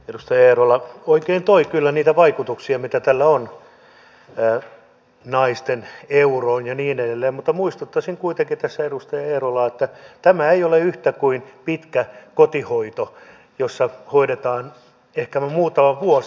edustaja eerola oikein toi kyllä niitä vaikutuksia mitä tällä on naisten euroon ja niin edelleen mutta muistuttaisin kuitenkin tässä edustaja eerolaa että tämä ei ole yhtä kuin pitkä kotihoito jossa hoidetaan ehkäpä muutama vuosi